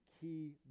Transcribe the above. key